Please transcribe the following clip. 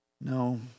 No